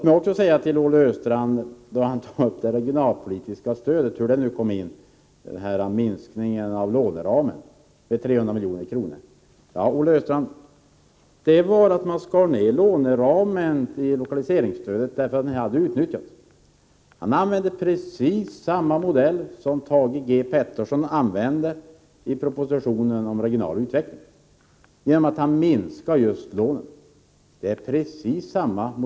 Jag vet inte hur Olle Östrand i det här sammanhanget lyckades få in minskningen av det regionalpolitiska stödets låneram med 300 miljoner, men detta är vad som hände vid denna minskning. Man skar ner lokaliseringsstödets låneram därför att stödet inte hade utnyttjats. Man använde precis samma modell som Thage G. Peterson hade använt i propositionen om regional utveckling, då han minskade just lånen.